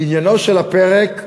עניינו של הפרק,